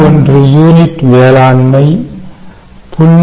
1 unit வேளாண்மை 0